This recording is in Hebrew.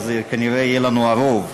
ואז כנראה יהיה לנו רוב.